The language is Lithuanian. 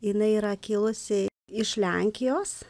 jinai yra kilusi iš lenkijos